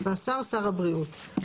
"השר" שר הבריאות,